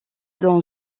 dans